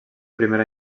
primera